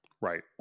Right